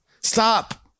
stop